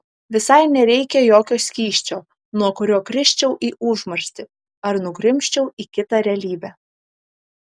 visai nereikia jokio skysčio nuo kurio krisčiau į užmarštį ar nugrimzčiau į kitą realybę